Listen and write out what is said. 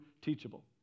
teachable